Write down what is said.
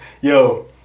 yo